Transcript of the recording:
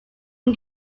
ngo